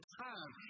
time